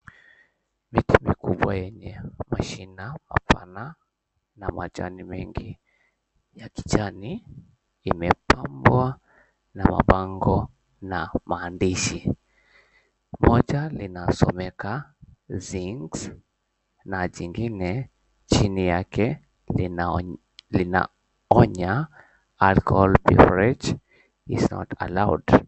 Miti mikubwa yenye mashina mapana na majani mengi ya kijani imepambwa na mabango na maandishi. Moja linasomeka, Zaks na jingine, chini yake linaonya, Alcohol Beverage is Not Allowed.